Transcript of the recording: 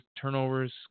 turnovers –